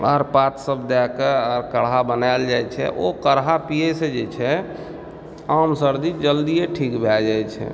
आर पातसभ दयके आ काढ़ा बनायल जाय छै ओ काढ़ा पिएसँ जे छै आम सर्दी जल्दिए ठीक भए जाइत छै